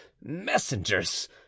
messengers